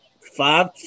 five